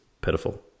pitiful